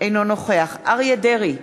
אינו נוכח אריה דרעי,